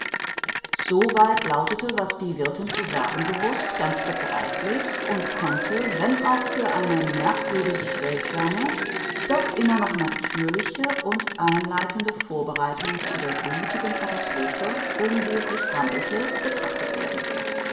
weit lautete was die wirthin zu sagen gewußt ganz begreiflich und konnte wenn auch für eine merkwürdig seltsame doch immer noch natürliche und einleitende vorbereitung zu der blutigen katastrophe um die es sich handelte betrachtet werden